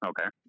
Okay